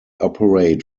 operate